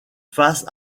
face